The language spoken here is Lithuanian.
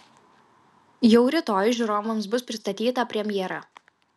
jau rytoj žiūrovams bus pristatyta premjera